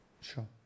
Sure